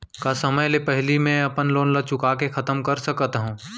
का समय ले पहिली में अपन लोन ला चुका के खतम कर सकत हव?